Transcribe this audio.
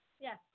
yes